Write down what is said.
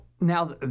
now